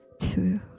two